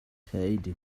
خیلی